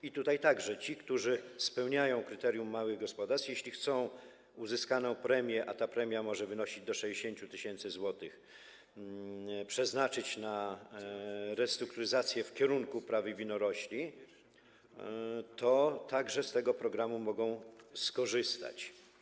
Ci, którzy spełniają kryterium małych gospodarstw, jeśli chcą uzyskaną premię - a ta premia może wynosić do 60 tys. zł - przeznaczyć na restrukturyzację w kierunku uprawy winorośli, to także z tego programu mogą skorzystać.